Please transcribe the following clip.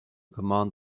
command